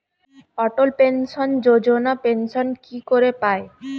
অটল pension Yojana pension কি করে পায়?